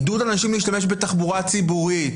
עידוד אנשים להשתמש בתחבורה ציבורית.